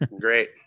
great